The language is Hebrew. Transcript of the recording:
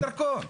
אין דרכון.